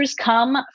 come